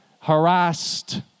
harassed